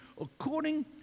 according